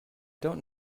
don’t